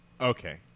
Okay